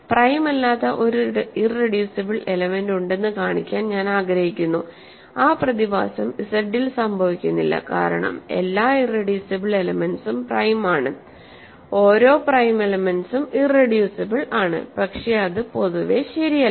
അതിനാൽ പ്രൈം അല്ലാത്ത ഒരു ഇറെഡ്യൂസിബിൾ എലമെൻ്റ് ഉണ്ടെന്ന് കാണിക്കാൻ ഞാൻ ആഗ്രഹിക്കുന്നു ആ പ്രതിഭാസം Z ൽ സംഭവിക്കുന്നില്ല കാരണം എല്ലാ ഇറെഡ്യൂസിബിൾ എലെമെന്റ്സും പ്രൈം ആണ് ഓരോ പ്രൈം എലെമെന്റ്സും ഇറെഡ്യൂസിബിൾ ആണ് പക്ഷേ അത് പൊതുവേ ശരി അല്ല